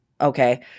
Okay